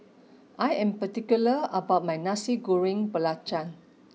I am particular about my Nasi Goreng Belacan